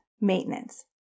maintenance